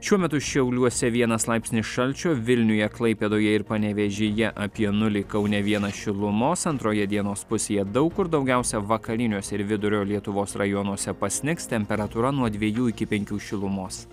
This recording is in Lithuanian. šiuo metu šiauliuose vienas laipsnis šalčio vilniuje klaipėdoje ir panevėžyje apie nulį kaune vienas šilumos antroje dienos pusėje daug kur daugiausia vakariniuose ir vidurio lietuvos rajonuose pasnigs temperatūra nuo dvejų iki penkių šilumos